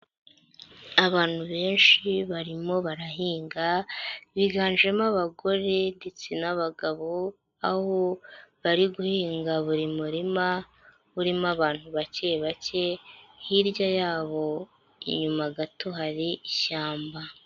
Abantu benshi barimo barahinga, biganjemo abagore ndetse n'abagabo, aho bari guhinga buri murima urimo abantu bake bake, hirya yabo inyuma gato hari ishyamba.